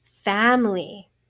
family